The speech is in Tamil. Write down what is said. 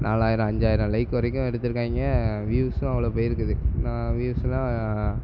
நாலாயிரம் அஞ்சாயிரம் லைக் வரைக்கும் எடுத்துருக்காங்க வீவ்ஸும் அவ்வளோ போயிருக்குது நான் வீவ்ஸுலாம்